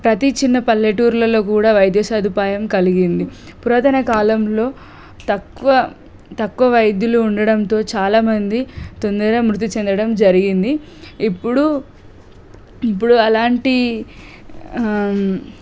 ప్రతి చిన్న పల్లెటూరులలో కూడా వైద్య సదుపాయం కలిగింది పురాతన కాలంలో తక్కువ తక్కువ వైద్యులు ఉండడంతో చాలామంది తొందరగా మృతి చెందడం జరిగింది ఇప్పుడు ఇప్పుడు అలాంటి